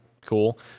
cool